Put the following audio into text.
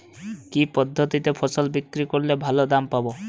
কি পদ্ধতিতে ফসল বিক্রি করলে ভালো দাম পাব?